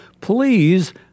Please